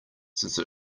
since